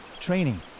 training